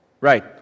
Right